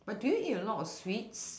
but do you eat a lot of sweets